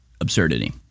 absurdity